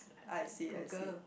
I see I see